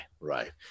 Right